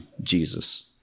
Jesus